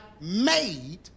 made